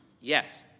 Yes